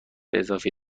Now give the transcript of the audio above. اضافی